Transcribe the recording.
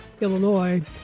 Illinois